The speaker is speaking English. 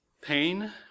pain